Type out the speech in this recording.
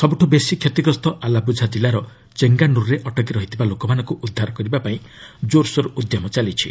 ସବୁଠୁ ବେଶି କ୍ଷତିଗ୍ରସ୍ତ ଆଲ୍ଲାପୁଝା ଜିଲ୍ଲାର ଚେଙ୍ଗାନୁର୍ରେ ଅଟକି ରହିଥିବା ଲୋକମାନଙ୍କୁ ଉଦ୍ଧାର କରିବା ପାଇଁ ଜୋରସୋର ଉଦ୍ୟମ ଚାଲିଛି